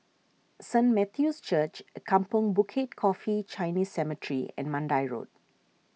Saint Matthew's Church Kampong Bukit Coffee Chinese Cemetery and Mandai Road